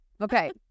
okay